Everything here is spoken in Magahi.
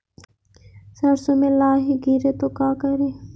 सरसो मे लाहि गिरे तो का करि?